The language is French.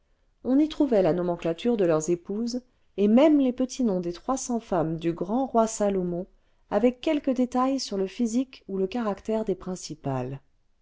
on y trouvait la nomenclature de leurs épouses et même les petits noms des trois cents femmes du grand roi salomon avec quelques détails sur le physique ou le caractère des principales